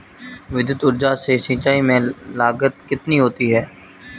विद्युत ऊर्जा से सिंचाई में लागत कितनी होती है?